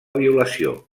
violació